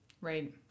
Right